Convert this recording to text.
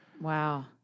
Wow